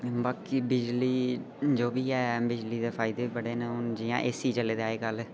बाकी बिजली जो बी ऐ बिजली दे फायदे बड़े न हू'न जि'यां एसी चले दे अजकल